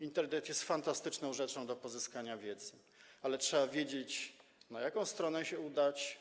Internet jest fantastyczną rzeczą służącą do pozyskania wiedzy, ale trzeba wiedzieć, na jaką stronę się udać.